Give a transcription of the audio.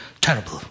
terrible